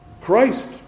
Christ